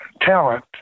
talent